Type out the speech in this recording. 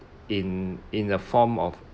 in in the form of